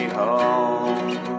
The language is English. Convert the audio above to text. home